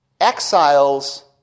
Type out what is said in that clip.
Exiles